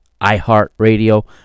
iHeartRadio